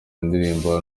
indirimbo